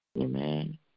Amen